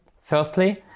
firstly